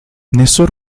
nessun